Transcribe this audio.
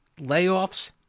layoffs